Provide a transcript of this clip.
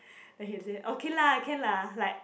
then he say okay lah can lah like